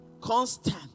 constant